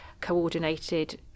coordinated